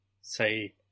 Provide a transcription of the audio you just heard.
Say